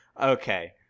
Okay